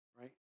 right